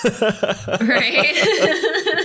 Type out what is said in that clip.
right